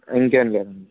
ఇంకేం లేదండి